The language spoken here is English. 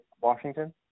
Washington